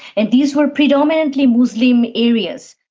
and these were predominantly muslim areas.